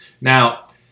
Now